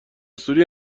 سوری